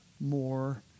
more